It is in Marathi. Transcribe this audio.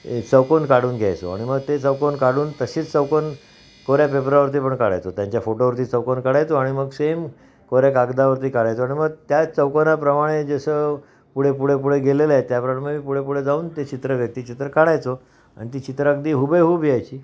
च चवकन काढून घ्यायचो आणि मग ते चवकन काढून तशीच चौकन कोऱ्या पेपरावरती पण काढायचो त्यांच्या फोटोवरती चौकोन काढायचो आणि मग सेम कोऱ्या कागदावरती काढायचो आणि मग त्या चौकनाप्रमाणे जसं पुढे पुढे पुढे गेलेलंय त्याप्रमाणे मी पुढे पुढे जाऊन ते चित्र व्यक्ती चित्र काढायचो आणि ती चित्र अगदी हुबेहूब यायची